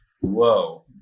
Whoa